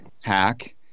hack